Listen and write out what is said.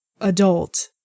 adult